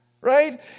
right